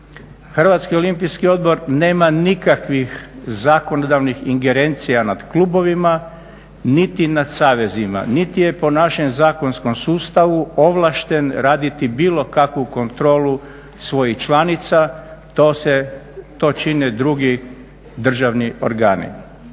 Hrvatski olimpijski odbor nema nikakvih zakonodavnih ingerencija nad klubovima, niti nad savezima, niti je po našem zakonskom sustavu ovlašten raditi bilo kakvu kontrolu svojih članica, to se, to čine drugi državni organi.